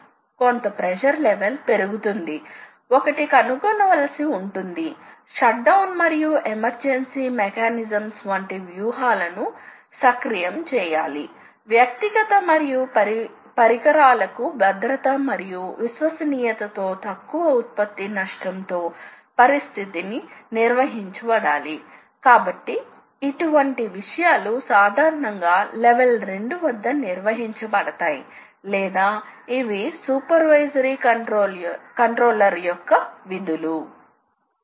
మీరు క్లాక్ వైస్లో ఆర్క్ను పేర్కొన్నట్లయితే ఇది డ్రా చేయ బడుతుంది మీరు యాంటీ క్లాక్ వైస్లో ఆర్క్ను పేర్కొన్నట్లయితే ఇది కట్ చేయ బడుతుంది కాబట్టి వీటిని కాంటౌరింగ్ సిస్టమ్ లు అని పిలుస్తారు ఇక్కడ నియంత్రిత కట్టింగ్ అంతటా కొనసాగుతుందని మీరు గమనించవచ్చు సర్కల్ వంటి కొన్ని రకాల ప్రొఫైల్లను సాధించగలిగితే టేబుల్ కోసం X మరియు Y అక్షం డ్రైవ్లు ఆ ఆకృతి ని పొందగలిగేలా చాలా సమన్వయం చేయబడాలి